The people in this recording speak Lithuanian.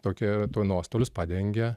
tokia tų nuostolius padengia